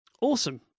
Awesome